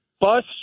Bus